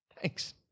thanks